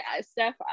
Steph